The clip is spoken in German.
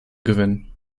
gewinnen